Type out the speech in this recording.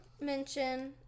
mention